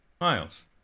miles